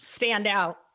standout